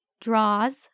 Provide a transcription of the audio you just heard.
draws